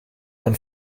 und